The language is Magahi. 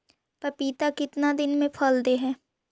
पपीता कितना दिन मे फल दे हय?